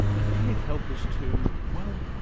and can it help us to, well,